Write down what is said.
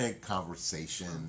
Conversation